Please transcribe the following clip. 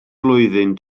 flwyddyn